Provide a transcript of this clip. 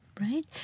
right